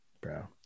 bro